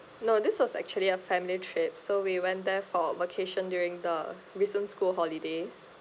no this was actually a family trip so we went there for vacation during the recent school holidays